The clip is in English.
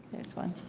there's one